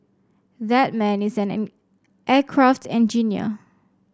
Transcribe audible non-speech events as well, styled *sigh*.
that man is an *unintelligible* aircraft engineer